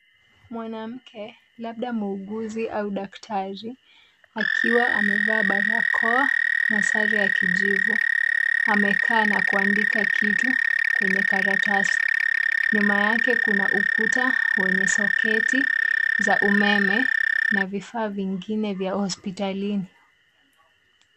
Mwanamke labda muuguzi au daktari akiwa amevaa barakoa na sare ya kijivu, amekaa na kuandika kitu kwenye karatasi . Nyuma yake kuna ukuta wenye soketi za umeme na vifaa vingine vya hospitalini.